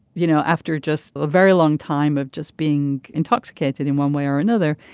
you know after just a very long time of just being intoxicated in one way or another.